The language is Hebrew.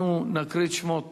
אנחנו נקריא את שמות